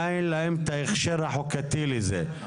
מאין להם את ההכשר החוקתי לזה.